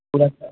पूरा